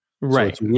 Right